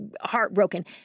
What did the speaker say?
heartbroken